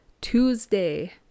Tuesday